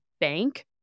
bank